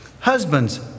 Husbands